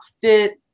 fit